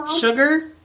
sugar